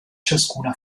ciascuna